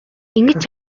ингэж